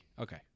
Okay